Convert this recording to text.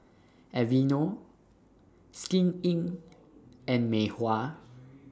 Aveeno Skin Inc and Mei Hua